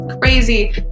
crazy